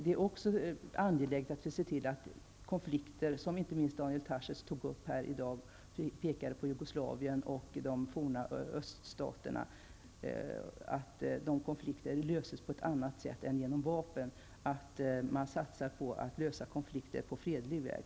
Det är också angeläget att vi ser till att konflikter av den typ som Daniel Tarschys tog upp här i dag, han pekade på Jugoslavien och de forna öststaterna, löses på ett annat sätt än genom vapen. Vi måste satsa på att lösa konflikter på fredlig väg.